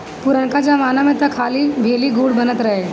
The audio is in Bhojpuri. पुरनका जमाना में तअ खाली भेली, गुड़ बनत रहे